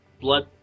blood